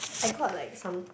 I got like some